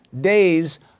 days